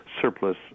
surplus